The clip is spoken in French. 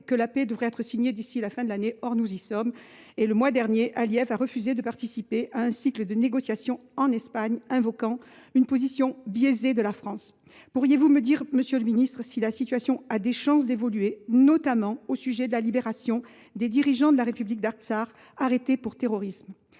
de paix pourrait être signé d’ici à la fin de l’année. Nous y sommes et, le mois dernier, Aliyev a refusé de participer à un cycle de négociations en Espagne, invoquant une « position biaisée » de la France. Pourriez vous nous dire si la situation a des chances d’évoluer, notamment au sujet de la libération des dirigeants de la République d’Artsakh, arrêtés pour terrorisme ?